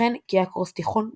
וכן כאקרוסטיכון בפיוטים.